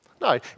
No